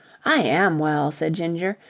i am well, said ginger.